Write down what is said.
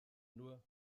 nur